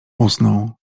usnął